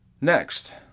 next